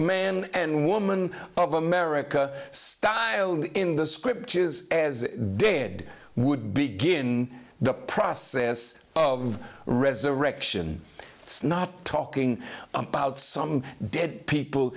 man and woman of america styled in the scriptures as dead would begin the process of resurrection it's not talking about some dead people